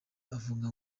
avuga